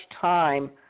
time